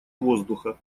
воздуха